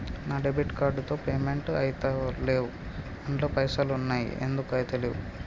నా debit card తో payment ఐతలేవ్ అండ్ల పైసల్ ఉన్నయి ఎందుకు ఐతలేవ్?